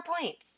points